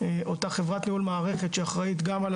אותה חברת ניהול מערכת שאחראית גם על